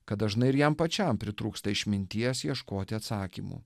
kad dažnai ir jam pačiam pritrūksta išminties ieškoti atsakymų